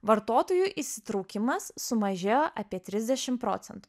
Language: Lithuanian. vartotojų įsitraukimas sumažėjo apie trisdešim procentų